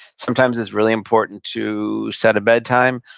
sometimes it's really important to set a bedtime.